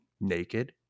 naked